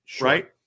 right